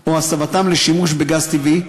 או הסבתם לשימוש בגז טבעי.